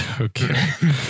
Okay